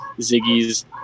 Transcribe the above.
Ziggy's